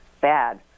bad